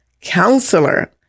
Counselor